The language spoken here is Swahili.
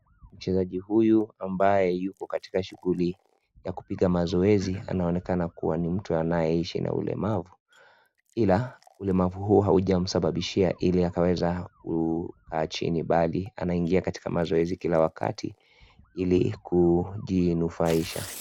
Mchezaji huyu, ambaye ako katika shughuli ya kupiga mazoezi, anaonekana kuwa mtu anayeishi na ulemavu. Ila , ulemavu huo haujamzuia kufanya lolote kwani , anaingia katika mazoezi kila wakati ili kujinufaisha .